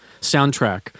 soundtrack